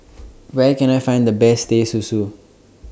Where Can I Find The Best Teh Susu